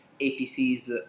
APCs